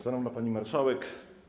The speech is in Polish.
Szanowna Pani Marszałek!